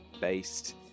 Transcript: based